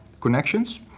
connections